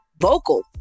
vocal